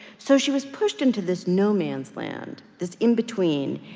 so she was pushed into this no man's land, this in-between.